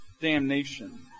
damnation